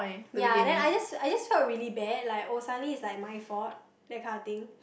ya then I just I just felt really bad like oh suddenly it's like my fault that kind of thing